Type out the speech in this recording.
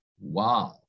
wow